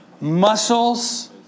muscles